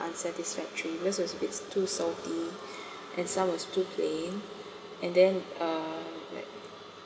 unsatisfactory because it was a bit too salty and some was too plain and then uh like